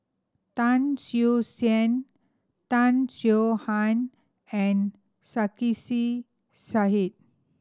Tan Siew Sin Tan Swie Han and Sarkasi Said